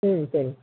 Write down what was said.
ம் சரிங்க